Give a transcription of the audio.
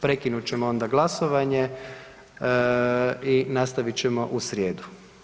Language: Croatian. Prekinut ćemo onda glasovanje i nastavit ćemo u srijedu.